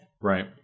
Right